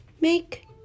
Make